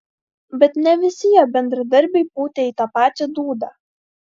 bet ne visi jo bendradarbiai pūtė į tą pačią dūdą